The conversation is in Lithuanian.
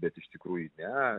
bet iš tikrųjų ne